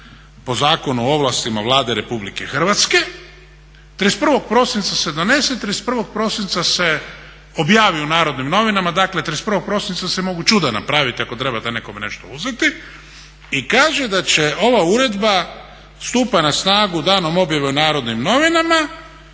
po Zakonu o ovlastima Vlade RH, 31. prosinca se donese i 31. prosinca se objavi u Narodnim novinama, dakle 31. prosinca se mogu čuda napraviti ako trebate nekome nešto uzeti, i kaže da ova uredba stupa na snagu danom objave u Narodnim novinama